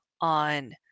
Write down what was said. on